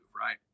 right